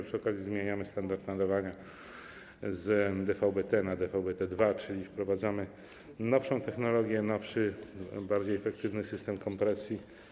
Przy okazji zmieniamy standard nadawania z DVB-T na DVB-T2, czyli wprowadzamy nowszą technologię, nowszy, bardziej efektywny system kompresji.